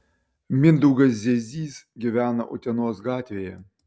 mindaugas ziezys gyvena utenos gatvėje